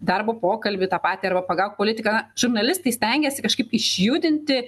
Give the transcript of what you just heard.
darbo pokalbį tą patį arba pagauk politiką žurnalistai stengiasi kažkaip išjudinti